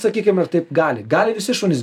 sakykim ir taip gali gali visi šunys